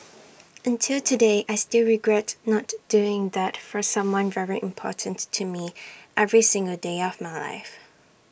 and till today I still regret not doing that for someone very important to me every single day of life